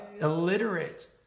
illiterate